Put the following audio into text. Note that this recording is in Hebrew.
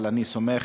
אבל אני סומך